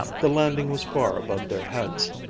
the landing was far above their heads.